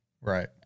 Right